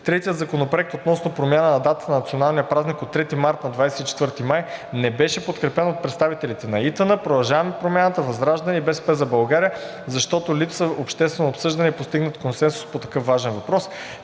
Третият законопроект, относно промяна на датата на Националния празник от 3 март на 24 май, не беше подкрепен от представителите на ИТН, „Продължаваме Промяната“, ВЪЗРАЖДАНЕ и „БСП за България“, защото липсва обществено обсъждане и постигнат консенсус по такъв важен въпрос.